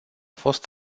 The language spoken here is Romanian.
fost